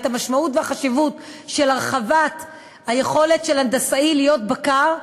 את המשמעות והחשיבות של הרחבת היכולת של הנדסאי להיות בקר,